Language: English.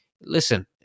listen